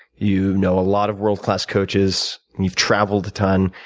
you know a lot of world-class coaches, and you've traveled a ton.